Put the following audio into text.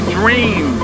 dream